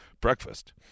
breakfast